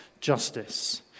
justice